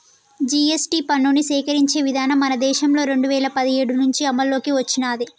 GST పన్నుని సేకరించే విధానం మన దేశంలో రెండు వేల పదిహేడు నుంచి అమల్లోకి వచ్చినాది